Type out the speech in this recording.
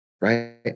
right